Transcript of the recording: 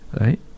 Right